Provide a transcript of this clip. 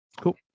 cool